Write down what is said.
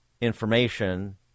information